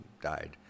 died